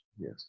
Yes